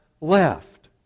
left